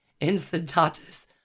Incitatus